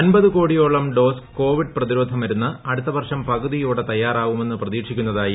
അൻപത് കോടിയോളി്ട് dose Covid പ്രതിരോധ മരുന്ന് ന് അടുത്ത വർഷം പീക്ടുതിയോടെ തയ്യാറാവുമെന്ന് പ്രതീക്ഷിക്കുന്നതായി കേന്ദ്രം